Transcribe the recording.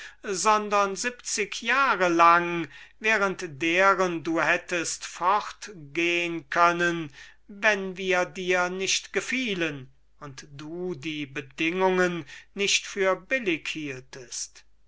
sondern siebzig jahre lang während deren du hättest fortgehn können wenn wir dir nicht gefielen und du die bedingungen nicht für